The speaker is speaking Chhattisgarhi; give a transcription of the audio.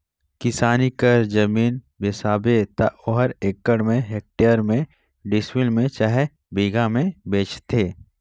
किसानी कर जमीन बेसाबे त ओहर एकड़ में, हेक्टेयर में, डिसमिल में चहे बीघा में बेंचाथे